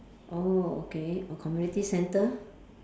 oh okay or community centre